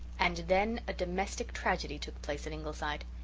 and then a domestic tragedy took place at ingleside.